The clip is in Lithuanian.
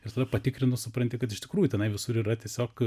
ir tada patikrinus supranti kad iš tikrųjų tenai visur yra tiesiog